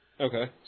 Okay